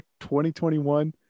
2021